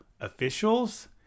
officials